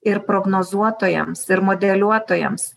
ir prognozuotojams ir modeliuotojams